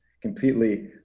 completely